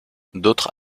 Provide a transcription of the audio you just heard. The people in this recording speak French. d’autres